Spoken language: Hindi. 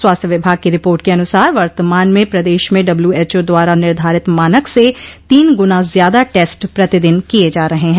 स्वास्थ्य विभाग की रिपोर्ट के अनुसार वर्तमान में प्रदेश में डब्ल्यू एच ओ द्वारा निर्धानित मानक से तीन गुना ज्यादा टेस्ट प्रतिदिन किये जा रहे हैं